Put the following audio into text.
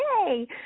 Yay